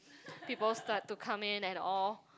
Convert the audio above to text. people start to come in and all